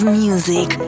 music